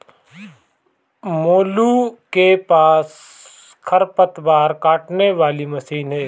मोलू के पास खरपतवार काटने वाली मशीन है